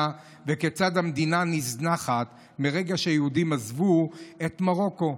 וכיצד המדינה נזנחה מהרגע שהיהודים עזבו את מרוקו.